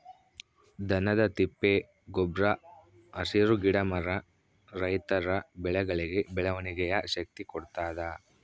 ದನದ ತಿಪ್ಪೆ ಗೊಬ್ರ ಹಸಿರು ಗಿಡ ಮರ ರೈತರ ಬೆಳೆಗಳಿಗೆ ಬೆಳವಣಿಗೆಯ ಶಕ್ತಿ ಕೊಡ್ತಾದ